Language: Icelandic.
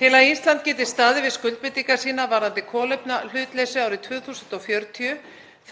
Til að Ísland geti staðið við skuldbindingar sínar varðandi kolefnishlutleysi árið 2040